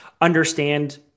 understand